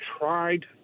tried